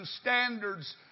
standards